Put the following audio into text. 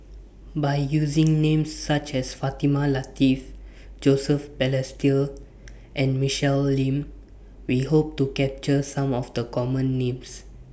By using Names such as Fatimah Lateef Joseph Balestier and Michelle Lim We Hope to capture Some of The Common Names